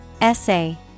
Essay